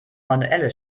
manuelle